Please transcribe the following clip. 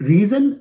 Reason